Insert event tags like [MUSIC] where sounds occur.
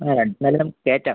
ആ [UNINTELLIGIBLE] കയറ്റാം